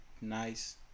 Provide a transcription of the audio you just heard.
nice